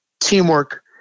teamwork